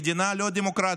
למדינה לא דמוקרטית.